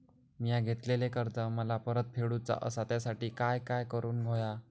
मिया घेतलेले कर्ज मला परत फेडूचा असा त्यासाठी काय काय करून होया?